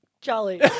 jolly